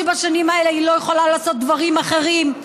בשנים האלה היא לא יכולה לעשות דברים אחרים,